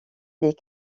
des